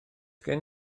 gen